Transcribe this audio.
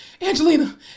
Angelina